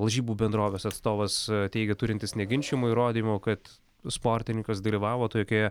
lažybų bendrovės atstovas teigė turintis neginčijamų įrodymų kad sportininkas dalyvavo tokioje